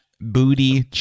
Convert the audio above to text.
booty